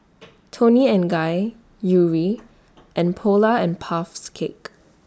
Toni and Guy Yuri and Polar and Puffs Cakes